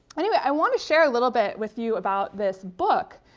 anyway, i want to share a little bit with you about this book,